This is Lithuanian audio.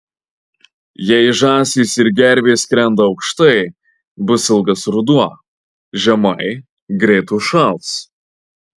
jei žąsys ir gervės skrenda aukštai bus ilgas ruduo žemai greit užšals